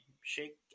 shake